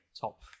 top